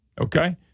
okay